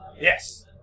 Yes